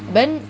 but then